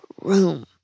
room